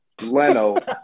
Leno